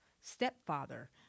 stepfather